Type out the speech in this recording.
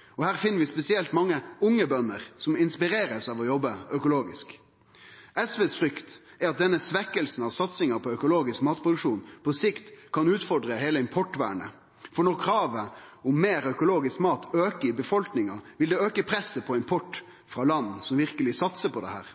feltet. Her er det spesielt mange unge bønder som blir inspirerte av å drive økologisk. SVs frykt er at denne svekkinga av satsing på økologisk matproduksjon på sikt kan utfordre heile importvernet, for når kravet om meir økologisk mat aukar i befolkninga, vil det auke presset på import frå land som verkeleg satsar på dette.